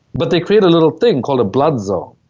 but they created a little thing called a blood zone.